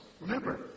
Remember